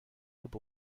geb